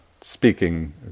speaking